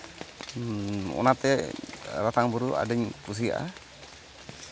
ᱚᱱᱟᱛᱮ ᱨᱟᱛᱟᱝ ᱵᱩᱨᱩ ᱟᱹᱰᱤᱧ ᱠᱩᱥᱤᱭᱟᱜᱼᱟ